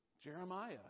Jeremiah